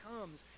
comes